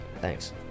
Thanks